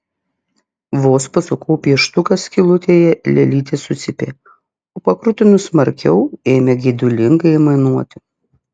vos pasukau pieštuką skylutėje lėlytė sucypė o pakrutinus smarkiau ėmė geidulingai aimanuoti